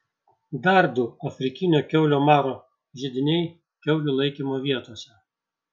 dar du afrikinio kiaulių maro židiniai kiaulių laikymo vietose